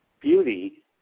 beauty